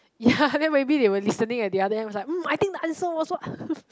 ya then maybe they were listening at the other end is like mm I think the answer also